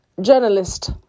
Journalist